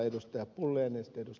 pulliainen ed